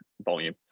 volume